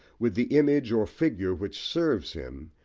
with the image or figure which serves him,